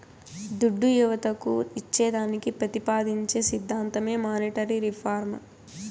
దుడ్డు యువతకు ఇచ్చేదానికి పెతిపాదించే సిద్ధాంతమే మానీటరీ రిఫార్మ్